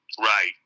Right